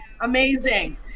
Amazing